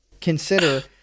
consider